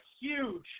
huge